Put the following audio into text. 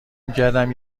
میکردم